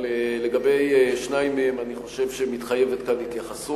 אבל לשניים מהם אני חושב שמתחייבת כאן התייחסות.